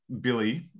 Billy